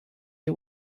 you